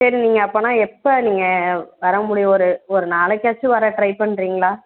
சரி நீங்கள் அப்படினா எப்போ நீங்கள் வரமுடியும் ஒரு ஒரு நாளைக்காச்சும் வர ட்ரை பண்ணுறீங்களா